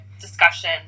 discussion